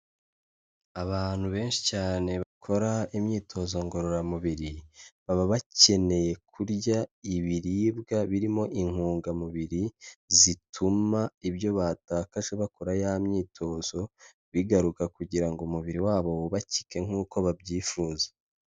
Abantu benshi cyane bakora imyitozo ngororamubiri, baba bakeneye kurya ibiribwa birimo intungamubiri, zituma ibyo bataje bakora ya myitozo bigaruka kugira ngo umubiri wabo wubakike nk'uko babyifuza.